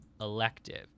elective